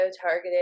targeted